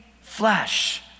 flesh